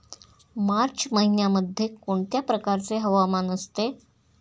मार्च महिन्यामध्ये कोणत्या प्रकारचे हवामान असते?